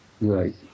Right